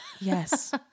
yes